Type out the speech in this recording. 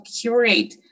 curate